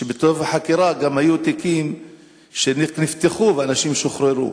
שבסוף החקירה גם היו תיקים שנפתחו ואנשים שוחררו.